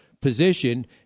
position